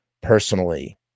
personally